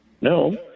No